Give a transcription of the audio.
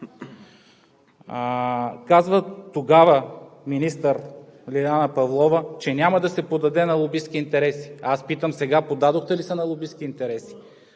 Вас? Тогава министър Лиляна Павлова казваше, че няма да се поддаде на лобистки интереси. Аз питам сега: поддадохте ли се на лобистки интереси